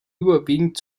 überwiegend